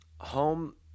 home